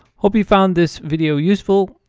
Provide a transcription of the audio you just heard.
hope you found this video useful.